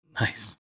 Nice